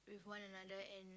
with one another and